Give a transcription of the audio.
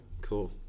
Cool